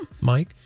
Mike